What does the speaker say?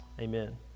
Amen